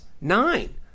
Nine